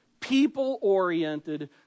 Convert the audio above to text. people-oriented